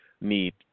need